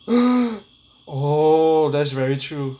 oh that's very true